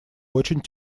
очень